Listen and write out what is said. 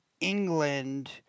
England